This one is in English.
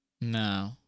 no